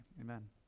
amen